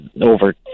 over